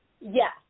yes